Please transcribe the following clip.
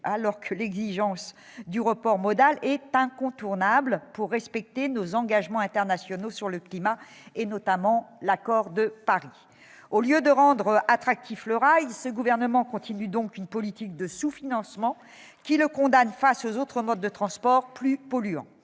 alors que l'exigence du report modal est incontournable pour respecter nos engagements internationaux sur le climat, et notamment l'accord de Paris ? Au lieu de rendre attractif le rail, ce gouvernement continue de mener une politique de sous-financement qui condamne ce mode de transport face aux